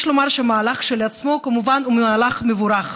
יש לומר שהמהלך כשלעצמו כמובן הוא מהלך מבורך.